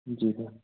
जी sir